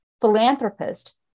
philanthropist